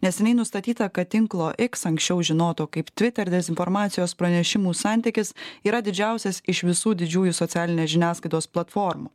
neseniai nustatyta kad tinklo iks anksčiau žinoto kaip twitter dezinformacijos pranešimų santykis yra didžiausias iš visų didžiųjų socialinės žiniasklaidos platformų